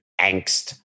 angst